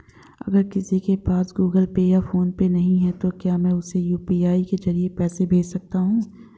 अगर किसी के पास गूगल पे या फोनपे नहीं है तो क्या मैं उसे यू.पी.आई के ज़रिए पैसे भेज सकता हूं?